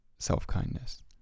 self-kindness